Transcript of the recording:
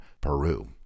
peru